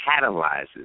catalyzes